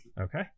okay